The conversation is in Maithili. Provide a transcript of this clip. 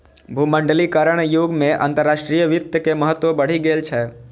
भूमंडलीकरणक युग मे अंतरराष्ट्रीय वित्त के महत्व बढ़ि गेल छै